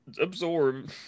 absorb